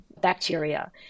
bacteria